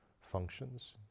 functions